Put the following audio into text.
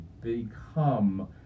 become